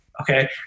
Okay